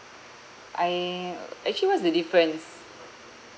I actually what's the difference